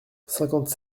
cinquante